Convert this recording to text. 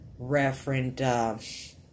referent